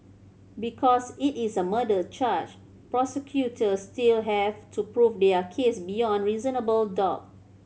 because it is a murder charge prosecutors still have to prove their case beyond reasonable doubt